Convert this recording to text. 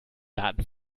daten